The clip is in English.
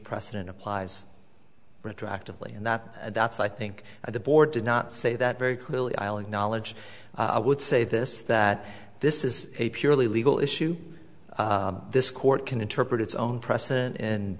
president applies retroactively and that that's i think the board did not say that very clearly island knowledge i would say this that this is a purely legal issue this court can interpret its own precedent and